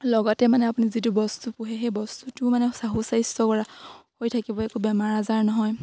লগতে মানে আপুনি যিটো বস্তু পুহে সেই বস্তুটো মানে সু স্বাস্থ্য কৰা হৈ থাকিব একো বেমাৰ আজাৰ নহয়